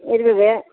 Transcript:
இருக்குது